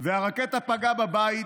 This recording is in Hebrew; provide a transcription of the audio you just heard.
הרקטה פגעה בבית